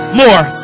more